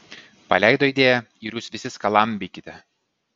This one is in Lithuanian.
paleido idėją ir jūs visi skalambykite